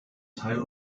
teil